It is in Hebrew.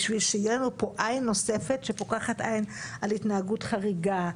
בשביל שיהיה לנו פה עין נוספת שפותחת עין על התנהגות חריגה,